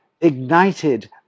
ignited